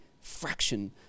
fraction